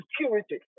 security